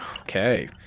Okay